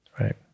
Right